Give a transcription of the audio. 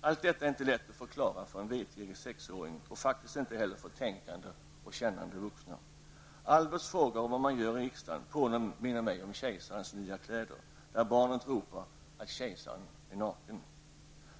Allt detta är inte lätt att förklara för en vetgirig sexåring, och faktiskt inte heller för tänkande och kännande vuxna. Alberts fråga om vad man gör i riksdagen påminner mig om ''Kejsarens nya kläder'', där barnet ropar att kejsaren är naken.